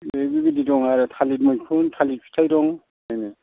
थालिर मैखुन थालिर फिथाइ दं बेनो